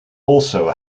also